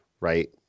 Right